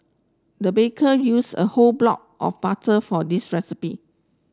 the baker use a whole block of butter for this recipe